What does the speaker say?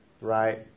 Right